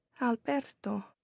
Alberto